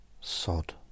Sod